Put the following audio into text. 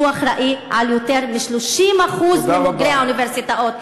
שהוא אחראי ליותר מ-30% מבוגרי האוניברסיטאות.